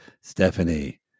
Stephanie